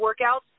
workouts